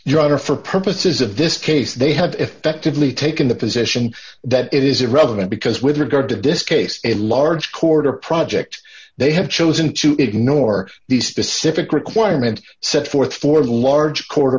driver for purposes of this case they have effectively taken the position that it is irrelevant because with regard to this case a large quarter project they have chosen to ignore the specific requirements set forth for large quarter